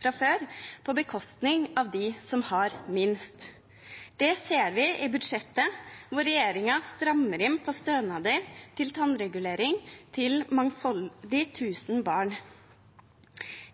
fra før, på bekostning av de som har minst. Det ser vi i budsjettet, hvor regjeringen strammer inn på stønader til tannregulering til mangfoldige tusen barn.